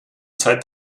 seit